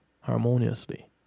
harmoniously